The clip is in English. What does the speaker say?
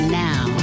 now